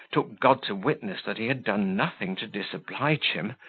took god to witness that he had done nothing to disoblige him,